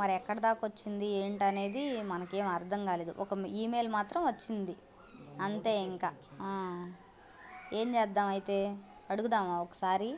మరి ఎక్కడిదాకా వచ్చింది ఏమిటి అనేది మనకి ఏం అర్థం కాలేదు ఒక ఈమెయిల్ మాత్రం వచ్చింది అంతే ఇంక ఏం చేద్దాం అయితే అడుగుదామా ఒక్కసారి